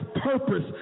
purpose